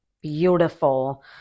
beautiful